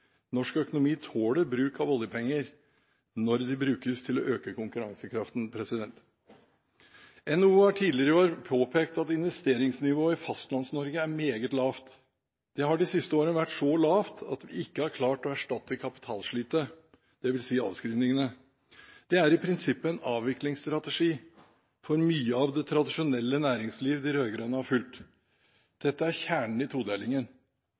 Norsk økonomi tåler bruk av oljepenger når de brukes til å øke konkurransekraften. NHO har tidligere i år påpekt at investeringsnivået i Fastlands-Norge er meget lavt. Det har de siste årene vært så lavt at vi ikke har klart å erstatte kapitalslitet, dvs. avskrivningene. Det er i prinsippet en avviklingsstrategi for mye av det tradisjonelle næringsliv de rød-grønne har fulgt. Dette er kjernen i todelingen.